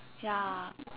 ya